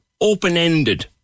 open-ended